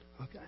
Okay